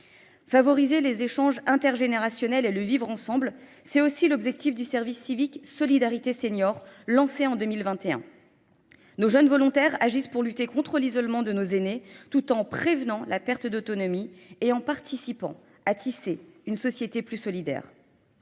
Favoriser les échanges intergénérationnels et le vivre ensemble, c'est aussi l'objectif du service civique Solidarité Senior, lancé en 2021. Nos jeunes volontaires agissent pour lutter contre l'isolement de nos aînés tout en prévenant la perte d'autonomie et en participant à tisser une société plus solidaire.